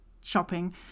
shopping